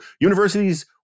Universities